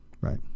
Right